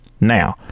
Now